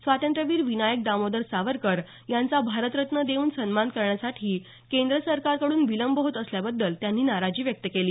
स्वातंत्र्यवीर विनायक दामोदर सावरकर यांचा भारतरत्न देऊन सन्मान करण्यासाठी केंद्र सरकारकड्रन विलंब होत असल्याबद्दल त्यांनी नाराजी व्यक्त केली